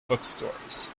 bookstores